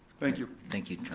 thank you. thank you,